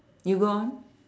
you go on